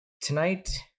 tonight